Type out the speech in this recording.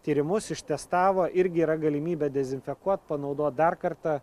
tyrimus ištestavo irgi yra galimybė dezinfekuot panaudot dar kartą